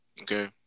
Okay